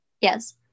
Yes